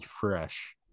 fresh